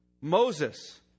Moses